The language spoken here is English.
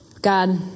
God